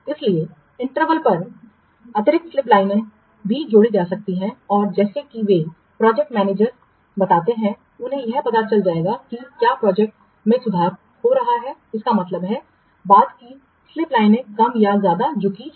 इसलिए अंतराल पर अतिरिक्त स्लिप लाइनें भी जोड़ी जा सकती हैं और जैसे ही वे प्रोजेक्ट मैनेजर बनाते हैं उन्हें यह पता चल जाएगा कि क्या प्रोजेक्ट में सुधार हो रहा है इसका मतलब है बाद की स्लिप लाइनें कम या ज्यादा झुकती हैं